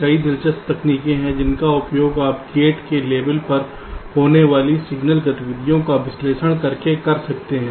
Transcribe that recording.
कई दिलचस्प तकनीकें हैं जिनका उपयोग आप गेट के लेबल पर होने वाली सिग्नल गतिविधियों का विश्लेषण करके कर सकते हैं